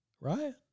right